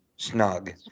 Snug